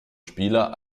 spieler